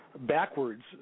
backwards